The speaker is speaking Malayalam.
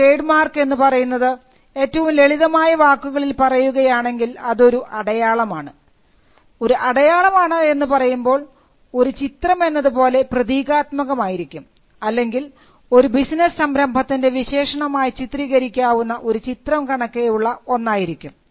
ട്രേഡ് മാർക്ക് എന്നു പറയുന്നത് ഏറ്റവും ലളിതമായ വാക്കുകളിൽ പറയുകയാണെങ്കിൽ അതൊരു അടയാളമാണ് ഒരു അടയാളമാണ് എന്ന് പറയുമ്പോൾ ഒരു ചിത്രം എന്നതുപോലെ പ്രതീകാത്മകം ആയിരിക്കും അല്ലെങ്കിൽ ഒരു ബിസിനസ് സംരംഭത്തിൻറെ വിശേഷണമായി ചിത്രീകരിക്കാവുന്ന ഒരു ചിത്രം കണക്കെയുള്ള ഒന്നായിരിക്കും